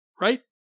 Right